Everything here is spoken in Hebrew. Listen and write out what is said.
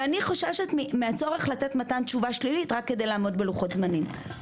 ואני חוששת מהצורך לתת מתן תשובה שלילית רק כדי לעמוד בלוחות הזמנים.